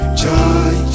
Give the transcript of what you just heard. joy